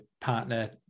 partner